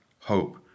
hope